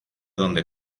donde